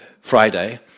Friday